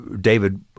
David